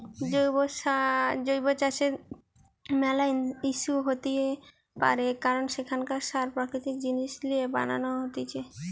জৈব চাষের ম্যালা ইস্যু হইতে পারে কারণ সেখানে সার প্রাকৃতিক জিনিস লিয়ে বানান হতিছে